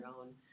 own